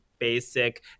basic